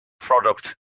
product